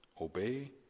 obey